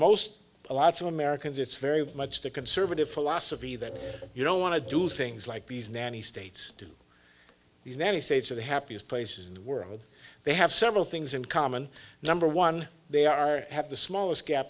most a lot of americans it's very much the conservative philosophy that you don't want to do things like these nanny states do these nanny states are the happiest places in the world they have several things in common number one they are have the smallest gap